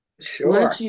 Sure